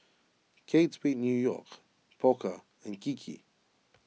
Kate Spade New York Pokka and Kiki